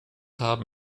haben